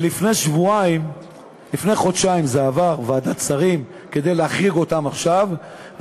לפני חודשיים זה עבר ועדת שרים כדי להחריג אותם עכשיו,